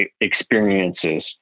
experiences